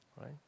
right